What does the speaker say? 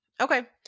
Okay